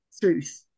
truth